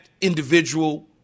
individual